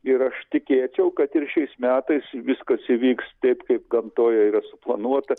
ir aš tikėčiau kad ir šiais metais viskas įvyks taip kaip gamtoje yra suplanuota